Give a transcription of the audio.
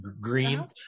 green